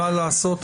מה לעשות,